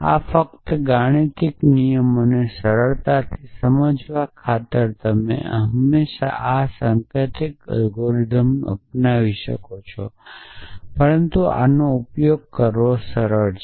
આ ફક્ત આ ગાણિતીક નિયમોને સરળતાથી સમજવાના ખાતર તમે હંમેશા આ સંકેતને અલ્ગોરિધમનો અપનાવી શકો છો પરંતુ આનો ઉપયોગ કરવો સરળ છે